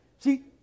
See